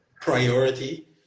priority